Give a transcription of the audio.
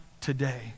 today